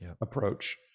approach